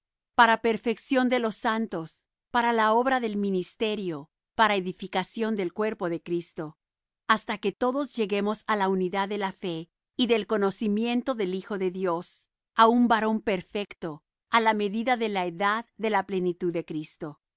para perfección de los santos para la obra del ministerio para edificación del cuerpo de cristo hasta que todos lleguemos á la unidad de la fe y del conocimiento del hijo de dios á un varón perfecto á la medida de la edad de la plenitud de cristo